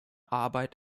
arbeit